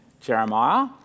jeremiah